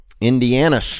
Indiana